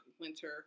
winter